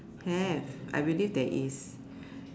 have I believe there is